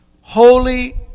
Holy